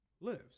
lives